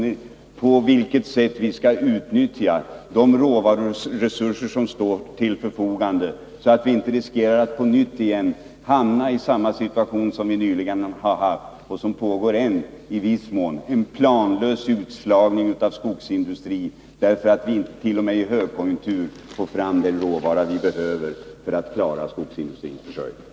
Denna samverkan måste gå ut på att enas om på vilket sätt vi skall utnyttja de råvaruresurser som står till förfogande, så att vi inte riskerar att på nytt hamna i samma situation som vi nyligen befunnit oss i, och fortfarande i viss mån befinner oss i — en planlös utslagning av skogsindustrin, därför att vi inte ens i högkonjunktur får fram den råvara vi behöver för att klara skogsindustrins försörjning.